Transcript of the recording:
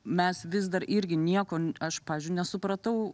mes vis dar irgi nieko aš pavyzdžiui nesupratau